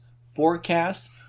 forecasts